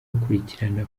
gukurikirana